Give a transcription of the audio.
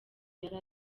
yari